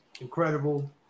incredible